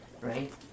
right